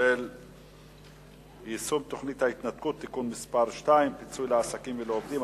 יישום תוכנית ההתנתקות (תיקון מס' 2) (פיצוי לעסקים ולעובדים),